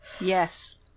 Yes